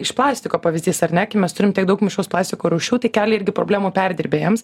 iš plastiko pavyzdys ar ne kai mes turim tiek daug mišraus plastiko rūšių tai kelia irgi problemų perdirbėjams